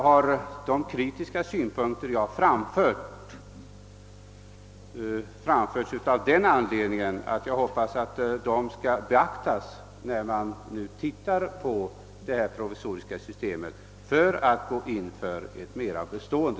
Mina kritiska synpunkter har framförts av den anledningen att jag hoppas att de skall beaktas när man nu skall se över det provisoriska systemet för att gå in för ett mera bestående.